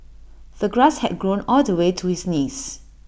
the grass had grown all the way to his knees